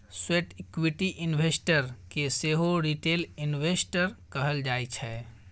sweat equity investor केँ सेहो retail investor कहल जाइ छै